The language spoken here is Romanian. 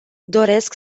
doresc